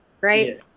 right